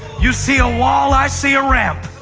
you see a wall i see a ramp.